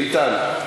ביטן,